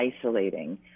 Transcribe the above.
isolating